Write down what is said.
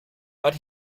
but